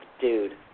Dude